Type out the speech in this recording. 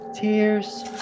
tears